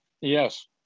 Yes